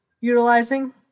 utilizing